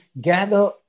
gather